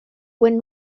when